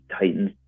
Titans